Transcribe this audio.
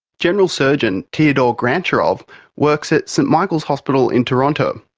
general surgeon teodor grantcharov works at st michael's hospital in toronto.